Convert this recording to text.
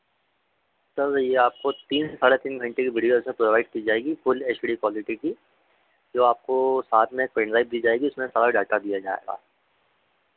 sir ये आपको तीन साढ़े तीन घंटे की विडियो है सर प्रोवाइड की जाएगी फ़ुल एच डी क्वालिटी की जो आपको साथ में एक पेनड्राइव दी जाएगी उसमें सारा डाटा दिया जाएगा